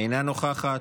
אינה נוכחת.